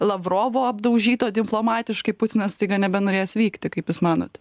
lavrovo apdaužyto diplomatiškai putinas staiga nebenorės vykti kaip jūs manot